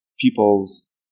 people's